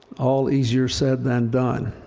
all easier said than done.